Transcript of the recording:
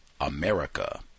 America